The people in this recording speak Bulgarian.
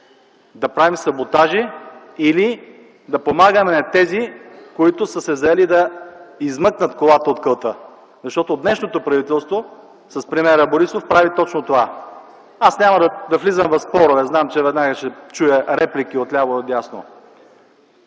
Да правим саботажи или да помагаме на тези, които са се заели да измъкнат колата от калта? Защото днешното правителство с премиера Борисов прави точно това. Аз няма да влизам в спорове. Знам, че веднага ще чуя реплики отляво и отдясно.